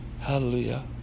Hallelujah